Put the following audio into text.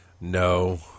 No